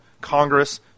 Congress